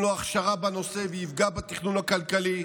לו הכשרה בנושא ויפגע בתכנון הכלכלי?